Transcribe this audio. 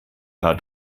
hat